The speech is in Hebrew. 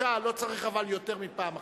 להדגשה, לא צריך אבל יותר מפעם אחת.